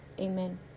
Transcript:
Amen